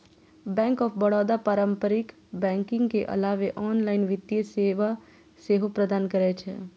bank of Baroda पारंपरिक banking के अलावे ऑनलाइन वित्तीय सेवा सेहो प्रदान करै छै